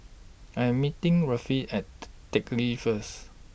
I Am meeting At Teck Lee First